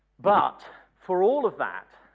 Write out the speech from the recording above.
but for all of that,